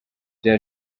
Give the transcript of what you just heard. bya